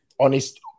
honest